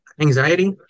anxiety